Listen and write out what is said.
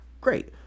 Great